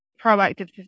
proactive